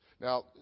Now